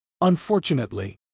Unfortunately